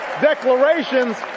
declarations